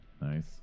Nice